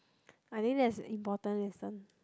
I think that's a important lesson